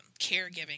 caregiving